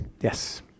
Yes